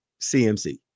CMC